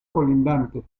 colindantes